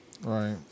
Right